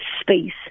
space